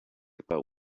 about